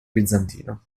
bizantino